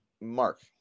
Mark